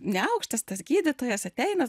neaukštas tas gydytojas ateina